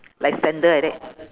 like sandal like that